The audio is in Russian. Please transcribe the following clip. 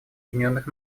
объединенных